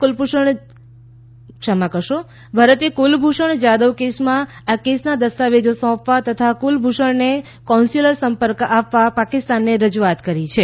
કૂલભૂષણ જાદવ ભારતે કુલભૂષણ જાધવ કેસમાં આ કેસના દસ્તાવેજો સોંપવા તથા કુલભૂષણને કોન્સ્યુલર સંપર્ક આપવા પાકિસ્તાનને રજુઆત કરી છે